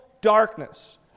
darkness